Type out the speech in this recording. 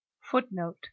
footnote